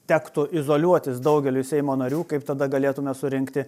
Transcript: tektų izoliuotis daugeliui seimo narių kaip tada galėtume surinkti